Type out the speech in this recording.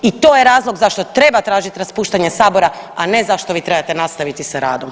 I to je razlog zašto treba tražiti raspuštanje sabora, a ne zašto vi trebate nastaviti sa radom.